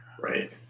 Right